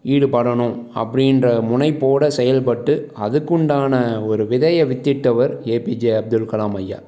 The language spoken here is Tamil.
ஈடுபடணும் அப்படின்ற முனைப்போடு செயல்பட்டு அதுக்கு உண்டான ஒரு விதையை வித்திட்டவர் ஏபிஜே அப்துல்கலாம் ஐயா